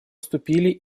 вступили